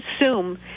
assume